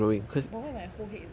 but what if my whole head is balding